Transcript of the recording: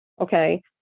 Okay